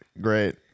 Great